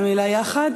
מהמילה יחד.